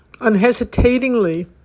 unhesitatingly